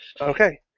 Okay